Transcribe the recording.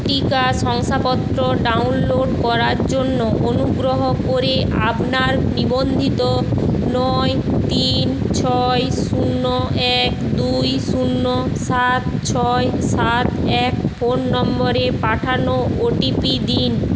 টিকা শংসাপত্র ডাউনলোড করার জন্য অনুগ্রহ করে আপনার নিবন্ধিত নয় তিন ছয় শূন্য এক দুই শূন্য সাত ছয় সাত এক ফোন নম্বরে পাঠানো ওটিপি দিন